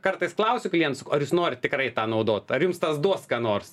kartais klausiu klientų sakau ar jūs norit tikrai tą naudot ar jums tas duos ką nors